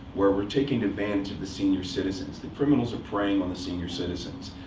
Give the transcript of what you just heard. where we're taking advantage of the senior citizens, the criminals are preying on the senior citizens.